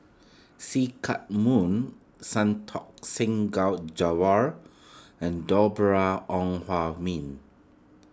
See Chak Mun Santokh Singh Gao and Deborah Ong Hua Min